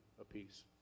apiece